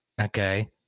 Okay